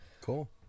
Cool